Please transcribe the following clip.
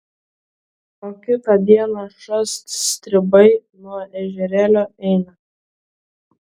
o kitą dieną šast stribai nuo ežerėlio eina